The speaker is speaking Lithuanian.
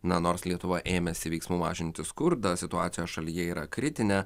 nors lietuva ėmėsi veiksmų mažinti skurdą situacijos šalyje yra kritinė